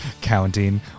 counting